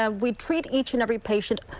ah we treat each and every patient